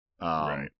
Right